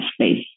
space